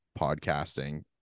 podcasting